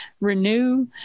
renew